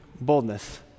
boldness